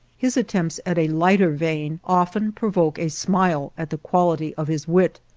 his attempts at a lighter vein often provoke a smile at the quality of his wit,